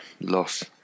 loss